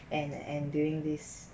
and and doing this